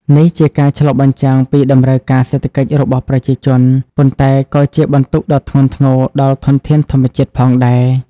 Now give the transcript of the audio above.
នេះជាការឆ្លុះបញ្ចាំងពីតម្រូវការសេដ្ឋកិច្ចរបស់ប្រជាជន ប៉ុន្តែក៏ជាបន្ទុកដ៏ធ្ងន់ធ្ងរដល់ធនធានធម្មជាតិផងដែរ។